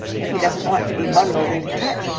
if he doesn't want to be bundled into touch,